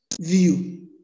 view